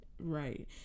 right